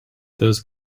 those